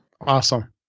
Awesome